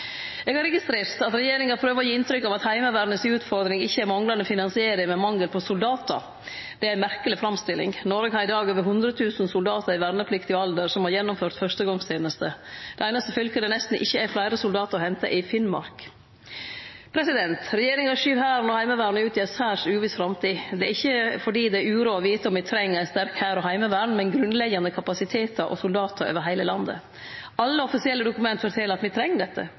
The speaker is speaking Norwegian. Eg har registrert at regjeringa prøver å gje inntrykk av at Heimevernet si utfordring ikkje er manglande finansiering, men mangel på soldatar. Det er ei merkeleg framstilling. Noreg har i dag over 100 000 soldatar i vernepliktig alder som har gjennomført førstegongsteneste. Det einaste fylket der det nesten ikkje er fleire soldatar å hente, er Finnmark. Regjeringa skyv Hæren og Heimevernet ut i ei særs uviss framtid. Det er ikkje fordi det er uråd å vite om me treng ein sterk hær og eit sterkt heimevern, med grunnleggjande kapasitetar og soldatar over heile landet. Alle offisielle dokument fortel at me treng dette.